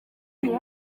ngo